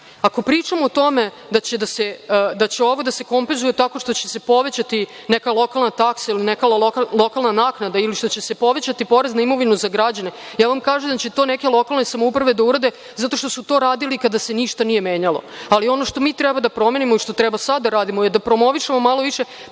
Ako pričamo o tome da će ovo da se kompenzuje tako što će se povećati neka lokalna taksa ili neka lokalna naknada ili što će se povećati porez na imovinu za građane, kažem vam da će to neke lokalne samouprave da urade zato što su to radili kada se ništa nije menjalo, ali ono što mi treba da promenimo i što treba sad da radimo je da promovišemo malo više